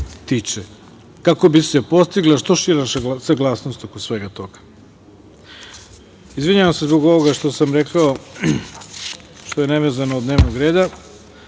tiče, kako bi se postigla što šira saglasnost oko sveta toga. Izvinjavam se zbog ovoga što sam rekao, nevezano od dnevnog